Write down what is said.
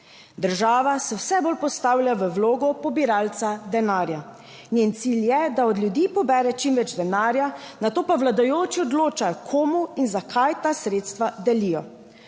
Država se vse bolj postavlja v vlogo pobiralca denarja, njen cilj je, da od ljudi pobere čim več denarja, nato pa vladajoči odločajo, komu in zakaj ta sredstva delijo.